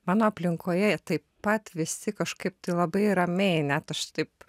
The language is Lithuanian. mano aplinkoje taip pat visi kažkaip tai labai ramiai net aš taip